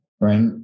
right